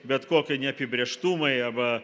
bet kokie neapibrėžtumai arba